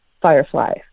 firefly